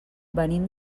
venim